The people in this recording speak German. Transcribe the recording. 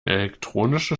elektronisches